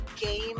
game